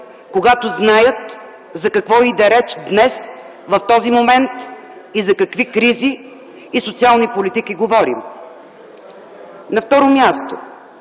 когато знаят за какво иде реч днес, в този момент и за какви кризи и социални политики говорим. На второ място,